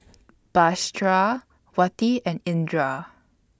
Batrisya Wati and Indra